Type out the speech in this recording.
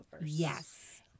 Yes